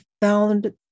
found